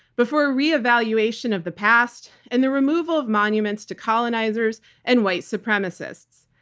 but for a re-evaluation of the past and the removal of monuments to colonizers and white supremacists.